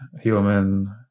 human